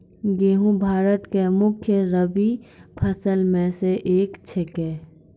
गेहूँ भारत के मुख्य रब्बी फसल मॅ स एक छेकै